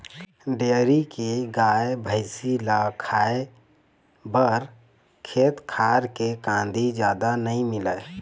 dairy के गाय, भइसी ल खाए बर खेत खार के कांदी जादा नइ मिलय